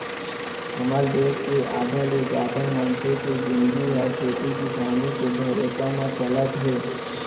हमर देस के आधा ले जादा मनसे के जिनगी ह खेती किसानी के भरोसा म चलत हे